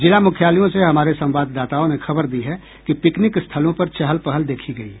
जिला मुख्यालयों से हमारे संवाददाताओं ने खबर दी है कि पिकनिक स्थलों पर चहल पहल देखी गयी